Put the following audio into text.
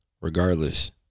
regardless